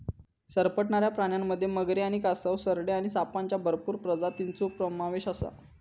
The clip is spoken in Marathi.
सरपटणाऱ्या प्राण्यांमध्ये मगरी आणि कासव, सरडे आणि सापांच्या भरपूर प्रजातींचो समावेश आसा